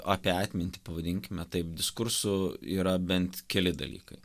apie atmintį pavadinkime taip diskursų yra bent keli dalykai